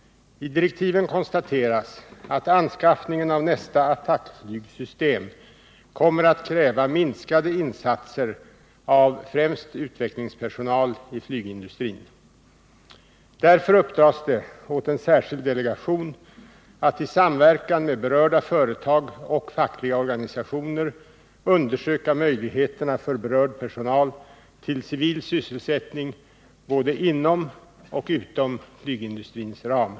I direktiven konstateras att anskaffningen av nästa attackflygssystem kommer att kräva minskade insatser av främst utvecklingspersonal i flygindustrin. Därför uppdras det åt en särskild delegation att i samverkan med berörda företag och fackliga organisationer undersöka möjligheterna för berörd personal till civil sysselsättning både inom och utom flygindustrins ram.